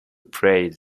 played